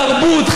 תרבות,